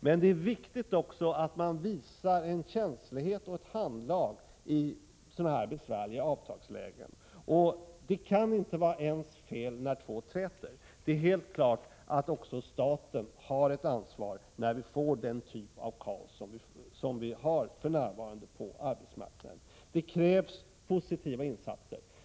Men det är också viktigt att man visar känslighet och handlag i sådana besvärliga avtalslägen. Det kan inte vara ens fel när två träter. Det är helt klart att även staten har ett ansvar när vi får den typ av kaos som vi för närvarande har på arbetsmarknaden. Det krävs positiva insatser.